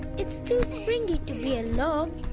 it's too springy to be a log.